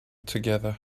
together